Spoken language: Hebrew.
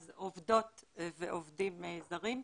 אז עובדות ועובדים זרים.